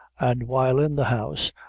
and while in the house,